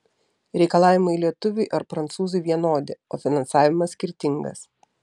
reikalavimai lietuviui ar prancūzui vienodi o finansavimas skirtingas